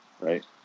right